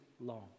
long